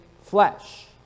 flesh